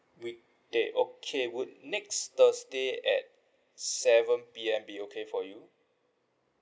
weekday okay would next thursday at seven P_M be okay for you